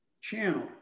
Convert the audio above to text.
channel